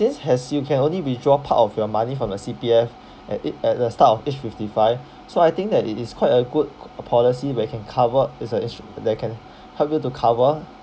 this has you can only withdraw part of your money from the C_P_F at it at the start of age fifty five so I think that it is quite a good a policy where it can cover is a ish~ that can help you to cover